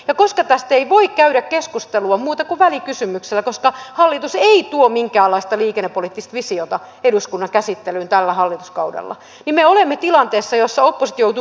ja tästä ei voi käydä keskustelua muuten kuin välikysymyksellä koska hallitus ei tuo minkäänlaista liikennepoliittista visiota eduskunnan käsittelyyn tällä hallituskaudella ja niin me olemme tilanteessa jossa oppositio joutuu kysymään